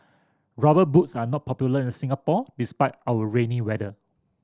Rubber Boots are not popular in Singapore despite our rainy weather